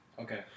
Okay